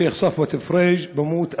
שיח' צפוות פריג', במות אביו: